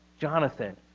Jonathan